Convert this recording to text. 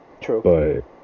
True